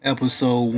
Episode